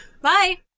Bye